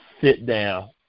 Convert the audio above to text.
sit-down